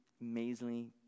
amazingly